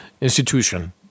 institution